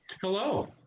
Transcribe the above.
hello